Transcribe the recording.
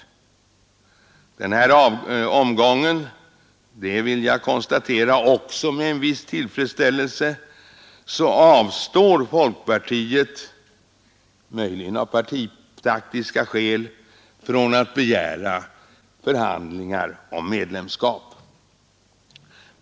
Denna gång — det vill jag konstatera också med en viss tillfredsställelse — avstår folkpartiet, möjligen av partitaktiska skäl, från att begära förhandlingar om medlemskap.